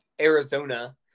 Arizona